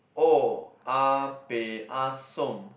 oh-ya-beh-ya-som